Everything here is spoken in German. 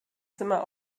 zimmer